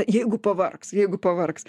jeigu pavargs jeigu pavargs